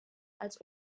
als